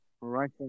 right